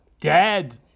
dead